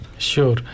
Sure